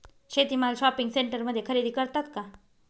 शेती माल शॉपिंग सेंटरमध्ये खरेदी करतात का?